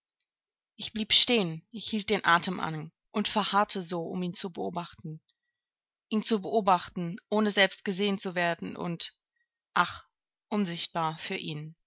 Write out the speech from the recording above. ich blieb stehen ich hielt den atem an und verharrte so um ihn zu beobachten ihn zu beobachten ohne selbst gesehen zu werden und ach unsichtbar für ihn